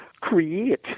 create